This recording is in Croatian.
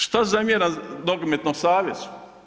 Šta zamjeram nogometnom savezu?